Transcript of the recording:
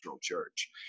church